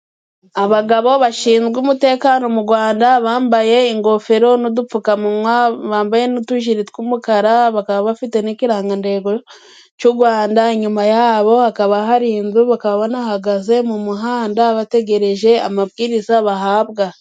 Abagabo bashinzwe umutekano mu gwanda bambaye ingofero n'udupfukanywa, bambaye n'utujiri tw'umukara bakaba bafite n'ikirangantego cy'u gwanda, inyuma yabo hakaba hari inzu, bakaba banahagaze mu muhanda bategereje amabwiriza bahabwa.